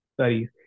studies